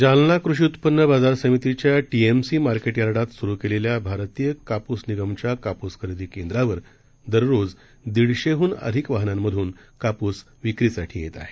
जालनाकृषीउत्पन्नबाजारसमितीच्याटीएमसीमार्केटयार्डातसुरूकेलेल्याभारतीयकापूसनिगमच्याकापूसखरेदीकेंद्रावरदररोजदीड शेहूनअधिकवाहनांमधूनकापूसविक्रीसाठीयेतआहे